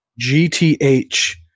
GTH